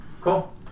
Cool